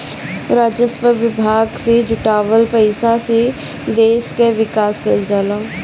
राजस्व विभाग से जुटावल पईसा से देस कअ विकास कईल जाला